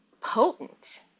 potent